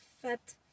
fat